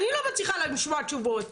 אני לא מצליחה לשמוע תשובות.